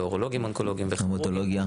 ואורולוגים-אונקולוגים וכירורגים אונקולוגים.